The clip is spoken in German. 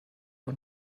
und